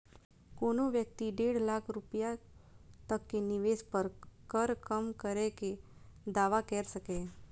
कोनो व्यक्ति डेढ़ लाख रुपैया तक के निवेश पर कर कम करै के दावा कैर सकैए